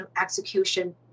execution